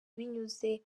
binyuze